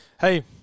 Hey